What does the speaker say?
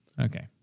Okay